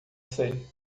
sei